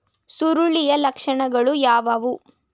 ಸುರುಳಿಯ ಲಕ್ಷಣಗಳು ಯಾವುವು?